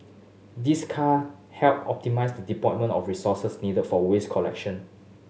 this can help optimise the deployment of resources needed for waste collection